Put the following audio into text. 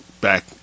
Back